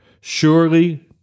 Surely